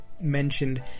mentioned